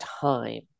time